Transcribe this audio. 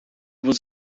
was